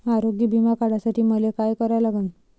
आरोग्य बिमा काढासाठी मले काय करा लागन?